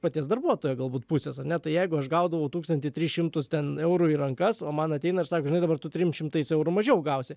paties darbuotojo galbūt pusės ane tai jeigu aš gaudavau tūkstantį tris šimtus ten eurų į rankas o man ateina ir sako žinai dabar tu trim šimtais eurų mažiau gausi